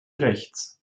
rechts